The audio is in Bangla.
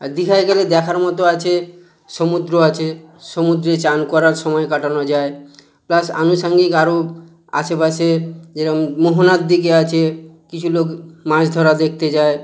আর দীঘায় গেলে দেখার মতো আছে সমুদ্র আছে সমুদ্রে চান করা সমায় কাটানো যায় প্লাস আনুষাঙ্গিক আরো আশেপাশের যেরম মোহনার দিকে আছে কিছু লোক মাছ ধরা দেখতে যায়